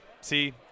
See